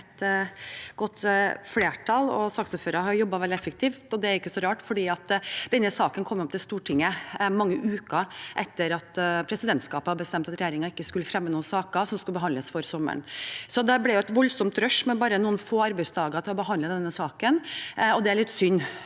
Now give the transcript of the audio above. saksordføreren har jobbet veldig effektivt. Det er ikke så rart, fordi denne saken kom til Stortinget mange uker etter at presidentskapet bestemte at regjeringen ikke skulle fremme noen saker som skulle behandles før sommeren. Så det ble et voldsomt rush med bare noen få arbeidsdager til å behandle denne saken. Det er litt synd